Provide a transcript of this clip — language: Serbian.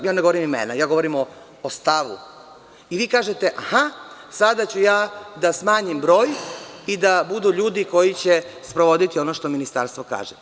Ja ne govorim imena, ja govorim o stavu i vi kažete - aha, sada ću ja da smanjim broj i da budu ljudi koji će sprovoditi ono što Ministarstvo kaže.